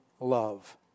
love